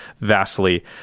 vastly